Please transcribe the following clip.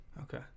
okay